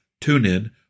TuneIn